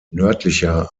nördlicher